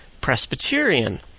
Presbyterian